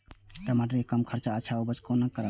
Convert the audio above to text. टमाटर के कम खर्चा में अच्छा उपज कोना करबे?